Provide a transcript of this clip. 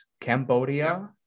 cambodia